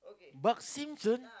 Bart-Simpson